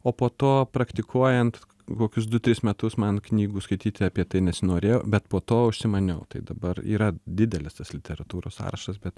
o po to praktikuojant kokius du tris metus man knygų skaityt apie tai nesinorėjo bet po to užsimaniau tai dabar yra didelis tas literatūros sąrašas bet